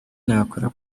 nakora